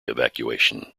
evacuation